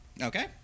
Okay